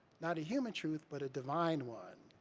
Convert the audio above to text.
not a human truth but a divine one.